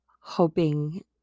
hoping